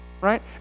Right